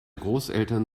großeltern